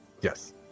Yes